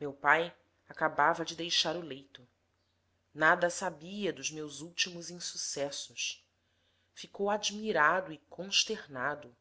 meu pai acabava de deixar o leito nada sabia dos meus últimos insucessos ficou admirado e consternado